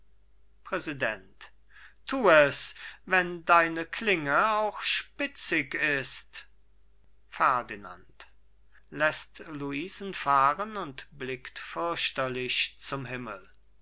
präsident thu es wenn deine klinge noch spitzig ist ferdinand läßt luisen fahren und